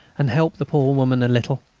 and help the poor woman a little.